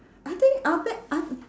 I think I'll be un~